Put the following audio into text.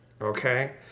okay